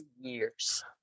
years